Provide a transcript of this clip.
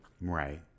Right